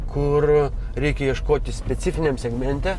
kur reikia ieškoti specifiniam segmente